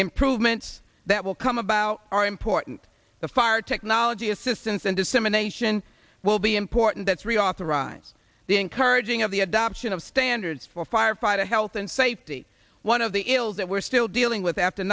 improvements that will come about are important the fire technology assistance and dissemination will be important that's reauthorize the encouraging of the adoption of standards for firefighter health and safety one of the ills that we're still dealing with after